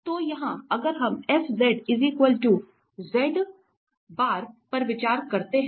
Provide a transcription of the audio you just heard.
तो यहाँ अगर हम पर विचार करते हैं